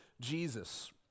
Jesus